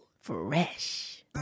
fresh